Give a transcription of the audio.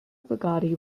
bugatti